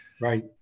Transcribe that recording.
right